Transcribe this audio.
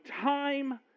time